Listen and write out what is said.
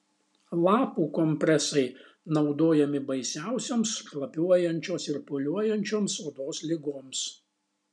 lapų kompresai naudojami baisiausioms šlapiuojančios ir pūliuojančioms odos ligoms